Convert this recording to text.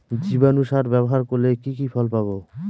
জীবাণু সার ব্যাবহার করলে কি কি ফল পাবো?